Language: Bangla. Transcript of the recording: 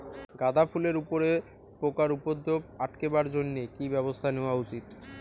গাঁদা ফুলের উপরে পোকার উপদ্রব আটকেবার জইন্যে কি ব্যবস্থা নেওয়া উচিৎ?